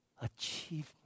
Achievement